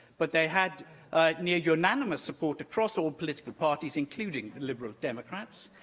but they had near unanimous support across all political parties, including the liberal democrats.